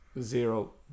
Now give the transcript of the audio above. zero